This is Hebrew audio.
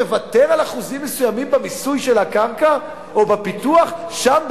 תוותר על אחוזים מסוימים במיסוי של הקרקע או בפיתוח שם,